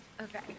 Okay